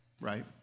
right